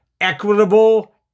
equitable